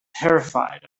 terrified